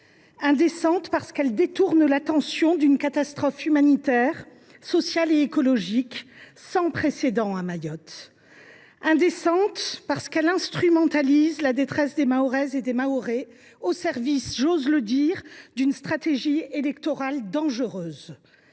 d’abord, parce qu’elle détourne l’attention d’une catastrophe humanitaire, sociale et écologique sans précédent à Mayotte. Elle est indécente ensuite, parce qu’elle instrumentalise la détresse des Mahoraises et des Mahorais au profit, j’ose le dire, d’une stratégie électorale dangereuse.